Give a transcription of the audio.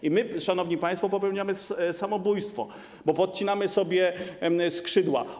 I my, szanowni państwo, popełniamy samobójstwo, podcinamy sobie skrzydła.